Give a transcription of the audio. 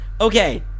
Okay